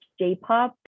j-pop